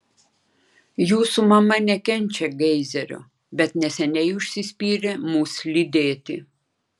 jūsų mama nekenčia geizerio bet neseniai užsispyrė mus lydėti